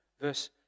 verse